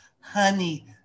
honey